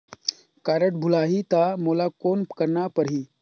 Card भुलाही ता मोला कौन करना परही?